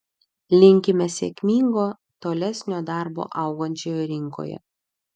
linkime sėkmingo tolesnio darbo augančioje rinkoje